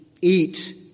eat